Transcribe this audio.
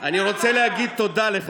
אני רוצה להגיד תודה,